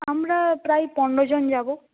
আমরা প্রায় পনেরোজন যাব